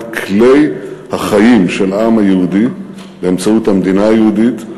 כלי החיים של העם היהודי באמצעות המדינה היהודית,